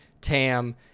Tam